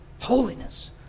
holiness